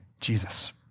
Jesus